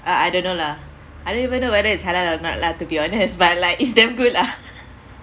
ah I don't know lah I don't even know whether it's halal or not lah to be honest but like it's damn good lah